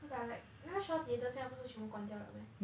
yeah but like 那个 Shaw theatres 现在不是全部关掉 liao meh